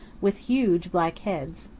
with huge black heads.